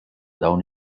dawn